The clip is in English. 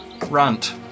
Runt